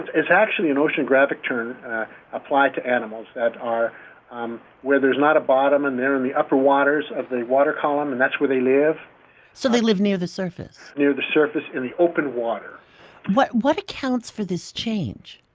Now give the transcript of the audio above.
it's actually an oceanographic term applied to animals that are um where there is not a bottom. and they are in the upper waters of the water column, and that's where they live so they live near the surface? near the surface in the open water what what accounts for this change?